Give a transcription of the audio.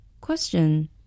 Question